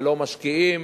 ולא משקיעים